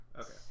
Okay